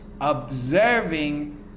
observing